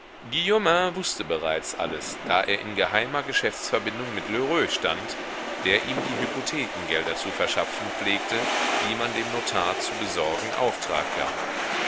wußte bereits alles da er in geheimer geschäftsverbindung mit lheureux stand der ihm die hypothekengelder zu verschaffen pflegte die man dem notar zu besorgen auftrag gab